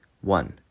One